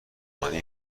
هانی